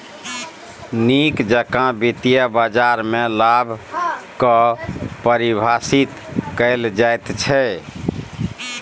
नीक जेकां वित्तीय बाजारमे लाभ कऽ परिभाषित कैल जाइत छै